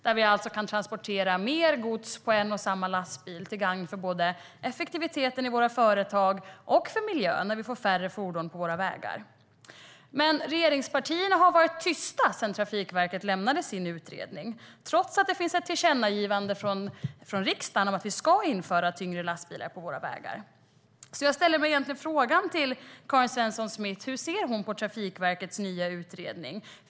Det innebär att man kan transportera mer gods på en och samma lastbil, till gagn för effektiviteten i våra företag och för miljön, när det blir färre fordon på våra vägar. Men regeringspartierna har varit tysta sedan Trafikverket lämnade sin utredning, trots att det finns ett tillkännagivande från riksdagen om att vi ska införa tyngre lastbilar på våra vägar. Jag vill därför fråga Karin Svensson Smith hur hon ser på Trafikverkets nya utredning.